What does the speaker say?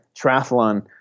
triathlon